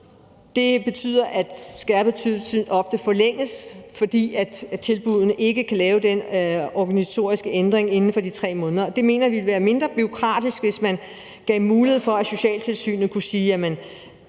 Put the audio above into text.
Det betyder, at skærpet tilsyn ofte forlænges, fordi tilbuddene ikke kan lave den organisatoriske ændring inden for de 3 måneder. Og vi mener, det ville være mindre bureaukratisk, hvis man gav mulighed for, at Socialtilsynet kunne sige, at et